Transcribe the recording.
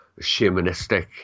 shamanistic